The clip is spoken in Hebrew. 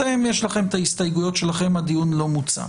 יש לכם את ההסתייגויות שלכם, הדיון לא מוצה.